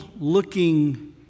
looking